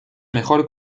mejor